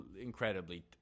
incredibly